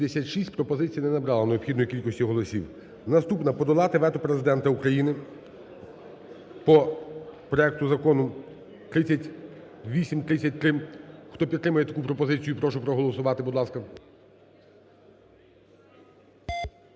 прошу проголосувати. Будь ласка.